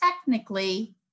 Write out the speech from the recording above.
technically